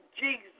Jesus